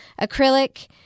acrylic